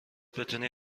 بتونی